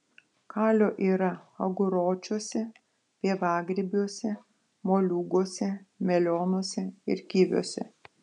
kalio yra aguročiuose pievagrybiuose moliūguose melionuose ir kiviuose